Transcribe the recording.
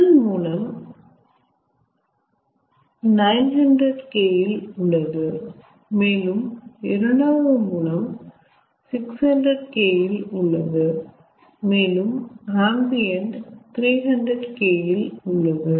முதல் மூலம் 900K இல் உள்ளது மேலும் இரண்டாவது மூலம் 600K இல் உள்ளது மேலும் அம்பிஎண்ட் 300K இல் உள்ளது